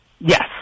Yes